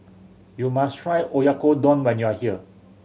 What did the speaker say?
you must try Oyakodon when you are here